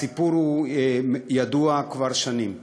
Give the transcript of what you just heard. הסיפור ידוע כבר שנים,